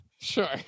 Sure